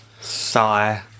Sigh